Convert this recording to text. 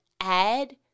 add